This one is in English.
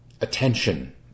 attention